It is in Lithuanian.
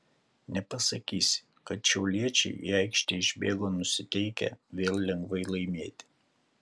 nepasakysi kad šiauliečiai į aikštę išbėgo nusiteikę vėl lengvai laimėti